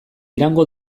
iraungo